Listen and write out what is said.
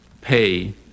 pay